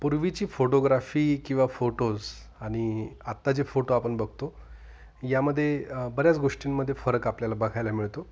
पूर्वीची फोटोग्राफी किंवा फोटोज आणि आत्ता जे फोटो आपण बघतो यामध्ये बऱ्याच गोष्टींमध्ये फरक आपल्याला बघायला मिळतो